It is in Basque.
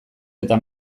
eta